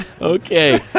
Okay